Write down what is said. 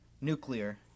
nuclear